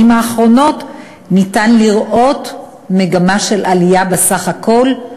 האחרונות ניתן לראות מגמה של עלייה בסך הכול,